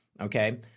okay